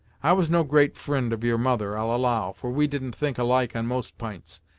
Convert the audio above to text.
i was no great fri'nd of your mother i'll allow, for we didn't think alike on most p'ints,